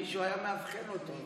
אם מישהו היה מאבחן אותו,